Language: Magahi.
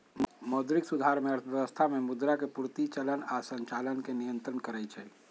मौद्रिक सुधार में अर्थव्यवस्था में मुद्रा के पूर्ति, चलन आऽ संचालन के नियन्त्रण करइ छइ